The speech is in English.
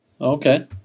Okay